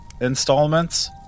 installments